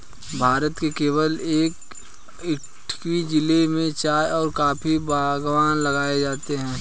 भारत के केरल के इडुक्की जिले में चाय और कॉफी बागान लगाए गए थे